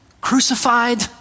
crucified